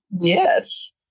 Yes